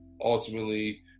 ultimately